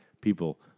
people